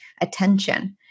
attention